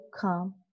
come